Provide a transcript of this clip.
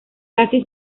casi